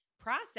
process